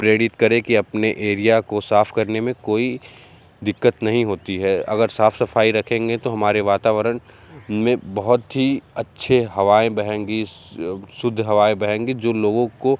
प्रेरित करें कि अपने एरिया को साफ़ करने में कोई दिक्कत नहीं होती है अगर साफ़ सफ़ाई रखेंगे तो हमारे वातावरण में बहुत ही अच्छी हवाएं बहेंगी शुद्ध हवाएं बहेंगी जो लोगों को